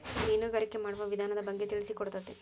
ಮೇನುಗಾರಿಕೆ ಮಾಡುವ ವಿಧಾನದ ಬಗ್ಗೆ ತಿಳಿಸಿಕೊಡತತಿ